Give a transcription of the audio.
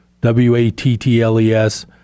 W-A-T-T-L-E-S